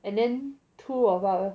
and then two of our